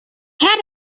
her